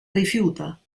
rifiuta